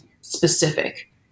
specific